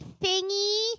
thingy